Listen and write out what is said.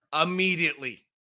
immediately